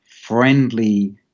friendly